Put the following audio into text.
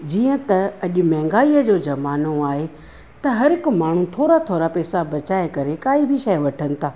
जीअं त अॼु महांगाईअ जो ज़मानो आहे त हर हिकु माण्हू थोरा थोरा पैसा बचाए करे काई बि शइ वठनि था